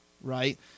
right